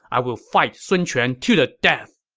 i will fight sun quan to the death!